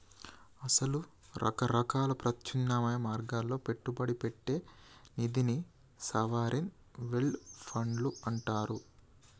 అసలు రకరకాల ప్రత్యామ్నాయ మార్గాల్లో పెట్టుబడి పెట్టే నిధిని సావరిన్ వెల్డ్ ఫండ్లు అంటారు